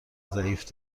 ضعیف